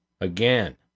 again